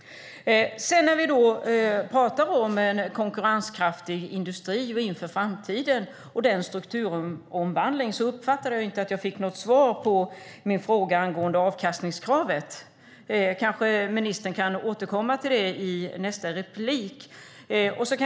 Vi talar om en konkurrenskraftig industri inför framtiden och om strukturomvandlingen. Men jag uppfattar inte att jag fick något svar på min fråga om avkastningskravet. Ministern kan kanske återkomma till det i sitt nästa inlägg.